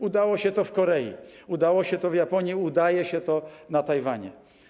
Udało się to w Korei, udało się to w Japonii, udaje się to na Tajwanie.